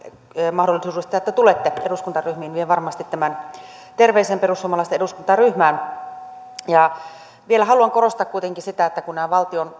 mahdollisuudesta että tulette eduskuntaryhmiin vien varmasti tämän terveisen perussuomalaisten eduskuntaryhmään vielä haluan korostaa kuitenkin sitä että kun nämä valtion